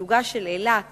מיתוגה של אילת